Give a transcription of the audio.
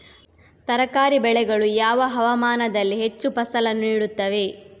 ತರಕಾರಿ ಬೆಳೆಗಳು ಯಾವ ಹವಾಮಾನದಲ್ಲಿ ಹೆಚ್ಚು ಫಸಲನ್ನು ನೀಡುತ್ತವೆ?